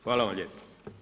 Hvala vam lijepa.